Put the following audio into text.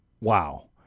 wow